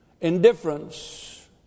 Indifference